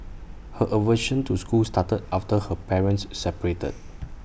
her aversion to school started after her parents separated